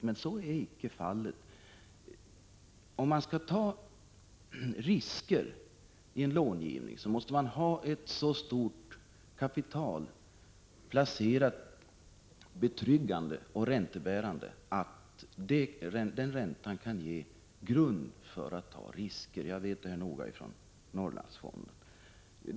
Men så är inte fallet. Skall man ta risker i långivning måste man ha ett så stort kapital placerat betryggande och räntebärande att den räntan kan ge grund för att ta risker. Jag vet detta mycket väl från Norrlandsfonden.